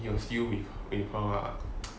he was still with her ah